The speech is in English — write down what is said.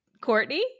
Courtney